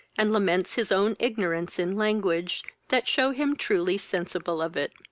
and laments his own ignorance in language, that shew him truly sensible of it.